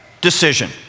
decision